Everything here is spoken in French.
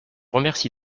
remercie